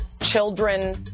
children